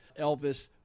Elvis